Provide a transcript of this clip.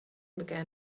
began